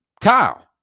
Kyle